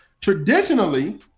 traditionally